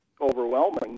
overwhelming